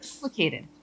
complicated